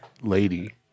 lady